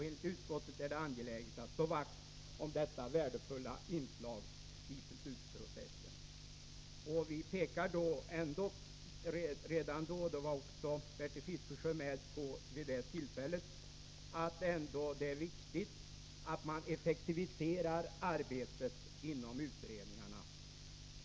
Enligt utskottet är det angeläget att slå vakt om det värdefulla inslag i beslutsprocessen som kommittéväsendet utgör.” Vi pekade redan då på — också Bertil Fiskesjö var med vid det tillfället — att det ändå är viktigt att man effektiviserar arbetet inom utredningarna.